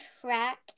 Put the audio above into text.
track